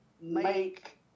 make